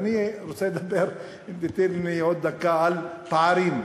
אני רוצה לדבר, אם תיתני לי עוד דקה, על פערים.